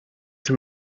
him